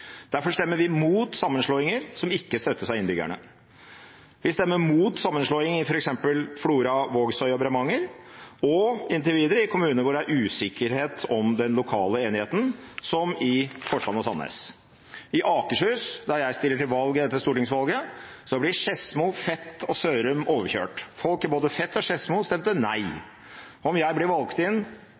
Derfor stemmer vi mot sammenslåinger som ikke støttes av innbyggerne. Vi stemmer mot sammenslåing i f.eks. Flora, Vågsøy og Bremanger og – inntil videre – i kommuner hvor det er usikkerhet om den lokale enigheten, som i Forsand og Sandnes. I Akershus, der jeg stiller til valg i dette stortingsvalget, blir Skedsmo, Fet og Sørum overkjørt. Folk i både Fet og Skedsmo stemte nei. Om jeg blir valgt inn